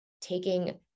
taking